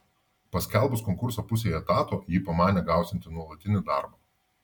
paskelbus konkursą pusei etato ji pamanė gausianti nuolatinį darbą